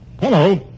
Hello